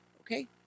okay